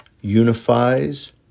unifies